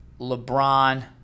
LeBron